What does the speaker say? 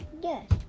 Yes